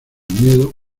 miedo